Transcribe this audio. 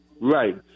Right